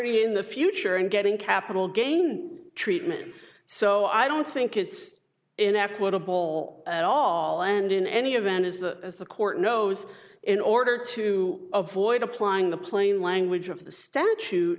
in the future and getting capital gains treatment so i don't think it's an equitable at all and in any event is that as the court knows in order to avoid applying the plain language of the statute